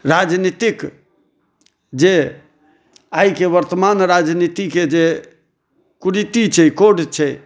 राजनीतिक जे आइके वर्तमान राजनीतिके जे कुरीति छै कोढ़ छै